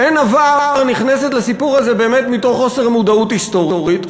"אין עבר" נכנסת לסיפור הזה באמת מתוך חוסר מודעות היסטורית,